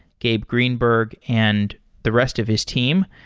gabe greenberg, and the rest of his team.